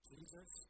Jesus